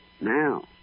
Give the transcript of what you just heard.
now